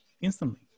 instantly